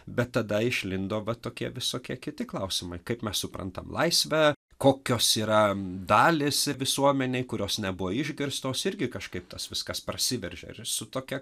bet tada išlindo va tokie visokie kiti klausimai kaip mes suprantam laisvę kokios yra dalys visuomenėj kurios nebuvo išgirstos irgi kažkaip tas viskas prasiveržė ir su tokia